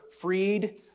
freed